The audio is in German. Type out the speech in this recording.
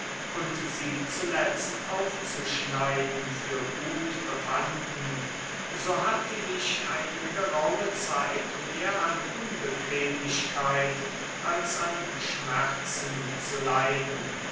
und sie zuletzt aufzuschneiden für gut befanden so hatte ich eine geraume zeit mehr an unbequemlichkeit als an schmerzen zu leiden